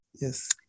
Yes